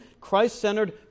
Christ-centered